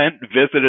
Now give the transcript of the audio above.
visited